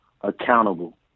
accountable